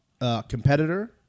competitor